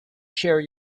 share